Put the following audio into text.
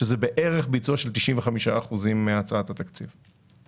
שזה בערך ביצוע של 95 אחוזים מהצעת התקציב.